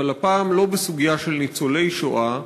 אבל הפעם לא בסוגיה של ניצולי השואה,